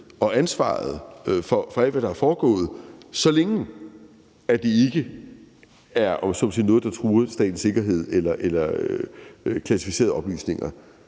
og ansvaret for alt, hvad der er foregået, så længe det, om man så må sige, ikke er noget, der truer statens sikkerhed eller er klassificerede oplysninger.